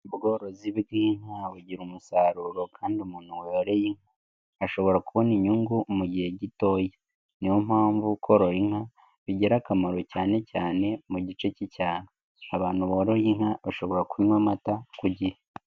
Ubworozi bw'inka bugira umusaruro kandi umuntu woroye inka ashobora kubona inyungu mu gihe gitoya, ni yo mpamvu korora inka bigira akamaro cyane cyane mu gice k'icyaro, abantu boroye inka bashobora kunywa amata ku gihe.